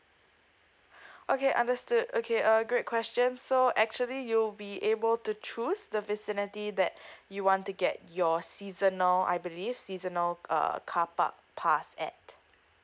okay understood okay a great question so actually you'll be able to choose the vicinity that you want to get your seasonal I believed seasonal err carpark pass at